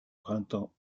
printemps